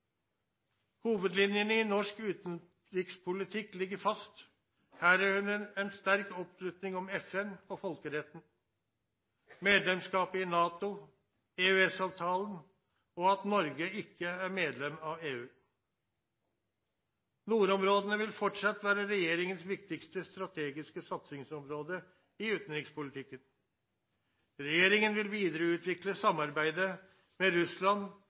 Hovedlinjene i norsk utenrikspolitikk ligger fast, herunder en sterk oppslutning om FN og folkeretten, medlemskapet i NATO, EØS-avtalen og at Norge ikke er medlem av EU. Nordområdene vil fortsatt være regjeringens viktigste strategiske satsingsområde i utenrikspolitikken. Regjeringen vil videreutvikle samarbeidet med Russland